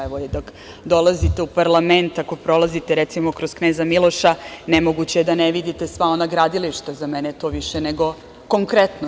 Evo, i dok dolazite u parlament, ako prolazite, recimo, kroz Kneza Miloša, nemoguće je da ne vidite sva ona gradilišta, a za mene je to više nego konkretno.